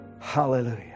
hallelujah